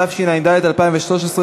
התשע"ד 2013,